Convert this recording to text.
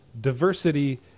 Diversity